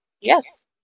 Yes